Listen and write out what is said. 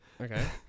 Okay